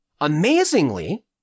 amazingly